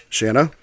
Shanna